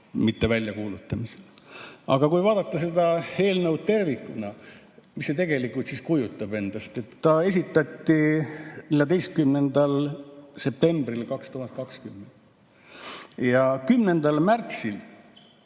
mitte väljakuulutamisel. Aga kui vaadata seda eelnõu tervikuna, siis mida see tegelikult kujutab endast? Ta esitati 14. septembril 2020 ja 10. märtsil